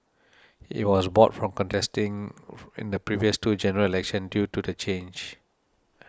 he was barred from contesting in the previous two General Elections due to the charge